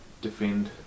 defend